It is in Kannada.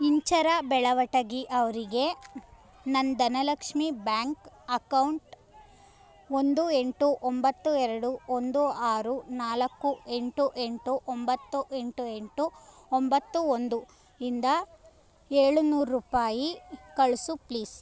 ಇಂಚರ ಬೆಳವಟಗಿ ಅವರಿಗೆ ನನ್ನ ಧನಲಕ್ಷ್ಮೀ ಬ್ಯಾಂಕ್ ಅಕೌಂಟ್ ಒಂದು ಎಂಟು ಒಂಬತ್ತು ಎರಡು ಒಂದು ಆರು ನಾಲ್ಕು ಎಂಟು ಎಂಟು ಒಂಬತ್ತು ಎಂಟು ಎಂಟು ಒಂಬತ್ತು ಒಂದು ಇಂದ ಏಳುನೂರು ರೂಪಾಯಿ ಕಳಿಸು ಪ್ಲೀಸ್